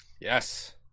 Yes